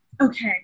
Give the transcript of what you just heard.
okay